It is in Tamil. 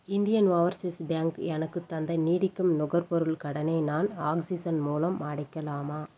இந்தியன் ஓவர்சீஸ் பேங்க் எனக்குத் தந்த நீடிக்கும் நுகர்பொருள் கடனை நான் ஆக்ஸிஜன் மூலம் அடைக்கலாமா